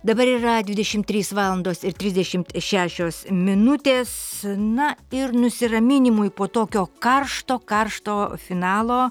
dabar yra dvidešimt trys valandos ir trisdešimt šešios minutės na ir nusiraminimui po tokio karšto karšto finalo